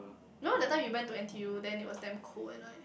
you know that time you went to N_T_U then it was damn cold at night